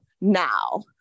now